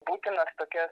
būtinas tokias